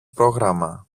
πρόγραμμα